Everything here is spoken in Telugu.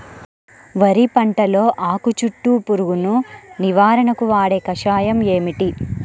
వరి పంటలో ఆకు చుట్టూ పురుగును నివారణకు వాడే కషాయం ఏమిటి?